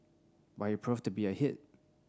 but he proved to be a hit